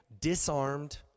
disarmed